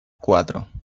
cuatro